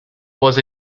was